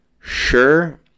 Sure